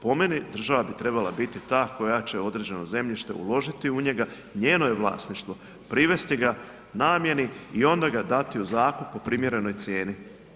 Po meni, država bi trebala biti za koja će određene zemljište, uložiti u njega, njeno je vlasništvo, privesti ga namjeni i onda ga dati u zakup po primjerenoj cijeni.